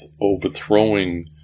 overthrowing